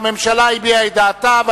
והממשלה הביעה את דעתה,